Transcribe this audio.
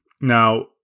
Now